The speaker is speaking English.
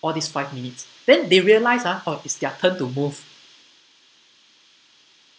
all this five minutes then they realise ah oh it's their turn to move